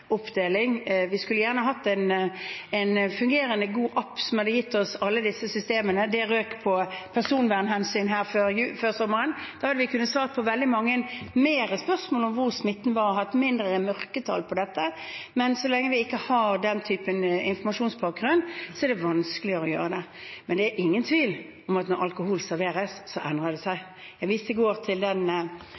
oppdeling. Vi skulle gjerne hatt en fungerende, god app som hadde gitt oss alle disse systemene. Det røk på personvernhensyn før sommeren. Da hadde vi kunnet svare på veldig mange flere spørsmål om hvor smitten var, og hatt mindre mørketall på dette, men så lenge vi ikke har den typen informasjonsbakgrunn, er det vanskeligere å gjøre det. Men det er ingen tvil om at når alkohol serveres, endrer det seg. Jeg viste i går til den